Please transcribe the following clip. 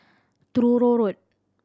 Truro Road